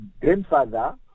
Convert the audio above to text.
grandfather